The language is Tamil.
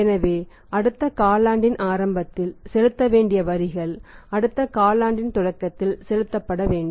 எனவே அடுத்த காலாண்டின் ஆரம்பத்தில் செலுத்த வேண்டிய வரிகள் அடுத்த காலாண்டின் தொடக்கத்தில் செலுத்தப்பட வேண்டும்